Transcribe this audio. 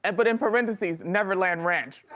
and but in parentheses neverland ranch,